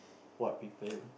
what people